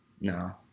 no